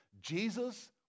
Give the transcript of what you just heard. Jesus